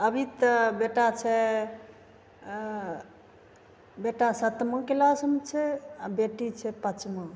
अभी तऽ बेटा छै बेटा सतमा किलासमे छै आओर बेटी छै पचमामे